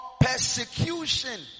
persecution